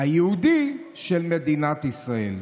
היהודי של מדינת ישראל.